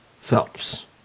Phelps